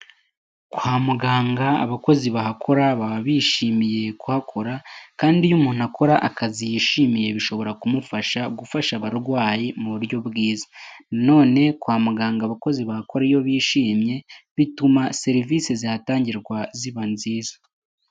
Kwa muganga abakozi bahakora baba bishimiye kuhakora, kandi iyo umuntu akora akazi yishimiye bishobora kumufasha, gufasha abarwayi mu buryo bwiza. None kwa muganga abakozi bahakora iyo bishimye bituma serivisi zihatangirwa ziba nziza.